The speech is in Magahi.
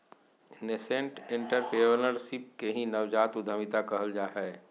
नसेंट एंटरप्रेन्योरशिप के ही नवजात उद्यमिता कहल जा हय